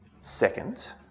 Second